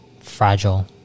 fragile